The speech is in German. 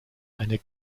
eine